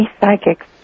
psychics